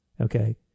Okay